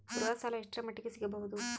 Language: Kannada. ಗೃಹ ಸಾಲ ಎಷ್ಟರ ಮಟ್ಟಿಗ ಸಿಗಬಹುದು?